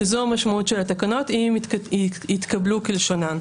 שזו המשמעות של התקנות אם יתקבלו כלשונן.